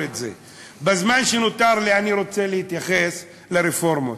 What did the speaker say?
בזמן שנותר לי אני רוצה להתייחס לרפורמות.